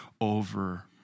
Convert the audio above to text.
over